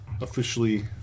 officially